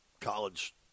college